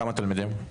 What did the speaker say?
כמה תלמידים?